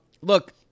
Look